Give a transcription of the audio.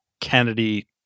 Kennedy